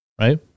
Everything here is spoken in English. right